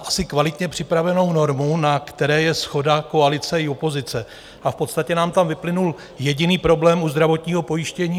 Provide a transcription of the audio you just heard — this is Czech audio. asi kvalitně připravenou normu, na které je shoda koalice i opozice, a v podstatě nám tam vyplynul jediný problém u zdravotního pojištění.